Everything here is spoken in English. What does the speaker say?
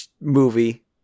movie